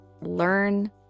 learn